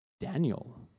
Daniel